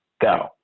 go